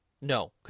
no